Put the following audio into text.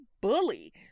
bully